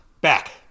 back